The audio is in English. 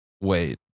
wait